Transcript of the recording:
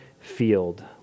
field